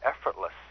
effortless